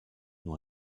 nur